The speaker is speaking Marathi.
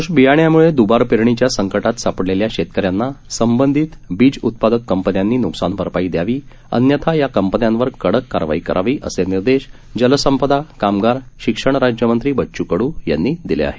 सदोष बियाण्यामुळे दुबार पेरणीच्या संकटात सापडलेल्या शेतक यांना संबंधित बीज उत्पादक कंपन्यांनी नुकसानभरपाई द्यावी अन्यथा या कंपन्यांवर कडक कारवाई करावी असे निर्देश जलसंपदा कामगार शिक्षण राज्यमंत्री बच्चू कडू यांनी दिले आहेत